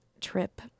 trip